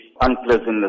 unpleasantness